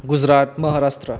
Gujarat Maharashtra